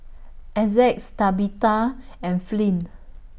Essex Tabetha and Flint